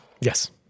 Yes